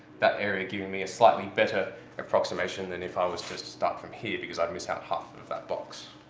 that area giving me a slightly better approximation than if i was just to start from here because i'd miss out half of that box.